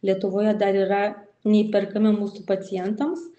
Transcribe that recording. lietuvoje dar yra neįperkami mūsų pacientams